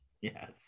Yes